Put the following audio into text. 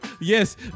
Yes